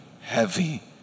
heavy